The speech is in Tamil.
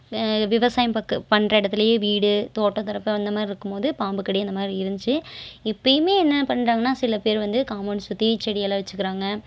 விவசாயம் பார்க்க பண்ணுற இடத்துலயே வீடு தோட்டம் தொரப்பு அந்த மாதிரி இருக்கும் போது பாம்பு கடி அந்த மாதிரி இருந்துச்சு இப்பவுமே என்ன பண்றாங்கன்னா சில பேர் வந்து காம்பௌண்ட் சுற்றி செடியெல்லாம் வச்சுக்கிறாங்க